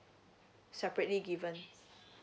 separately given